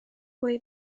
pwy